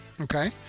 Okay